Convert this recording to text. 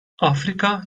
afrika